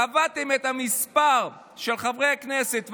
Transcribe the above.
קבעתם את המספר של חברי הכנסת,